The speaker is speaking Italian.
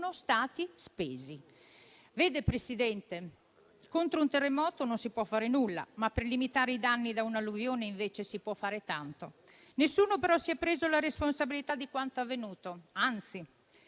sono stati spesi. Presidente, contro un terremoto non si può fare nulla, ma per limitare i danni di un'alluvione invece si può fare tanto. Nessuno però si è preso la responsabilità di quanto avvenuto, anzi.